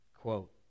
quote